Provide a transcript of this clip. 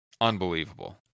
unbelievable